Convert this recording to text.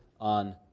on